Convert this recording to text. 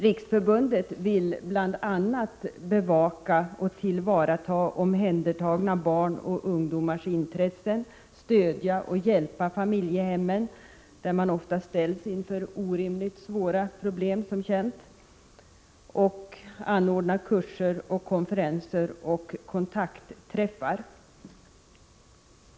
Riksförbundet vill bl.a. bevaka och tillvarata omhändertagna barns och ungdomars intressen, stödja och hjälpa familjehemmen — där man som känt ofta ställs inför orimligt svåra problem — och anordna kurser, konferenser och kontaktträffar.